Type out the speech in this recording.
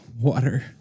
water